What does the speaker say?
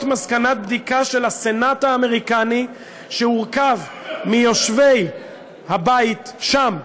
מסקנות ועדת בדיקה של הסנאט האמריקני שהורכבה מיושבי הבית שם,